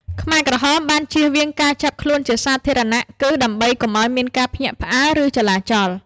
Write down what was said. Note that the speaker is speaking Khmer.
ខ្មែរក្រហមបានជៀសវាងការចាប់ខ្លួនជាសាធារណគឺ ដើម្បីកុំឱ្យមានការភ្ញាក់ផ្អើល ឬចលាចល។